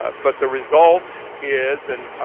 but the result is, and,